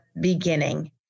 beginning